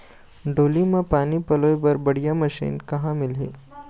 डोली म पानी पलोए बर बढ़िया मशीन कहां मिलही?